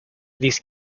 these